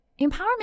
Empowerment